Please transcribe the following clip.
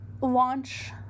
launch